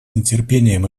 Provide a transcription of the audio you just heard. нетерпением